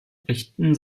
richten